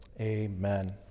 amen